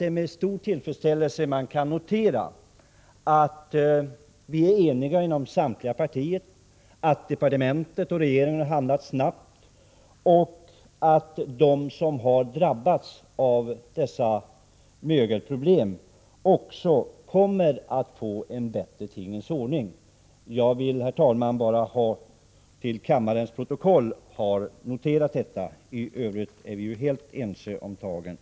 Det är med stor tillfredsställelse man kan notera att samtliga partier är ense i den här frågan, att departementet och regeringen har handlat snabbt samt att det för dem som har drabbats av dessa mögelproblem också kommer att bli en bättre tingens ordning. Herr talman! Jag har bara velat få detta noterat till kammarens protokoll. I övrigt är vi ju helt ense om tagen.